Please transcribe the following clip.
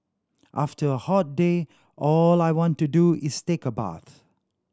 after a hot day all I want to do is take a bath